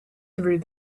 through